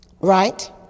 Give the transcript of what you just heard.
Right